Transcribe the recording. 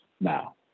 Now